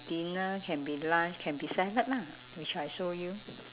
dinner can be lunch can be salad lah which I show you